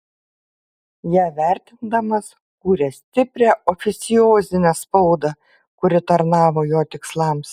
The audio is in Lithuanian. ją vertindamas kūrė stiprią oficiozinę spaudą kuri tarnavo jo tikslams